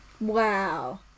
Wow